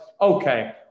okay